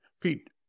Pete